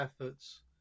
efforts